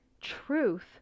truth